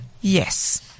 yes